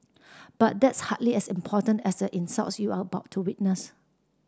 but that's hardly as important as insults you are about to witness